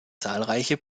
zahlreiche